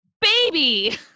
baby